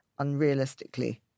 unrealistically